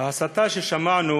ההסתה ששמענו